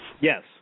Yes